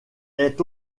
est